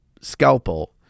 scalpel